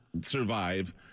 survive